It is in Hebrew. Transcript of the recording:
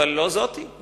אבל לא זאת היא.